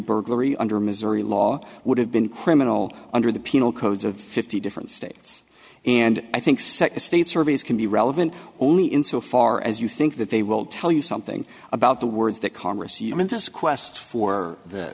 burglary under missouri law would have been criminal under the penal codes of fifty different states and i think sec state surveys can be relevant only in so far as you think that they will tell you something about the words that congress you mean this quest for the